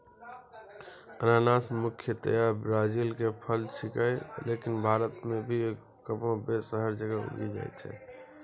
अनानस मुख्यतया ब्राजील के फल छेकै लेकिन भारत मॅ भी कमोबेश हर जगह उगी जाय छै